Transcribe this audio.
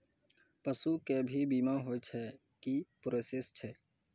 पसु के भी बीमा होय छै, की प्रोसेस छै?